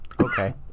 okay